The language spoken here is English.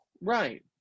right